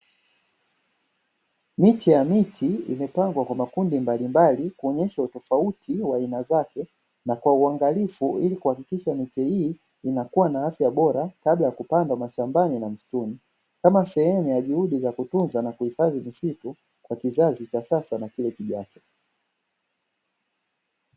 Miche ya miti imepangwa kwa makundi mbalimbali kuonyesha utofauti wa aina zake na kwa uangalifu ili kuhakikisha miche hii inakuwa na afya bora kabla ya kupandwa mashambani na misutuni kama sehemu ya juhudi za kutunza na kuhifadhi misitu kwa kizazi cha sasa na kile kijacho.